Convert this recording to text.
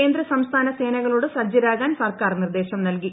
കേന്ദ്ര സംസ്ഥാന സേനകളോട് സജ്ജരാകാൻ സർക്കാർ നിർദ്ദേശം നല്കി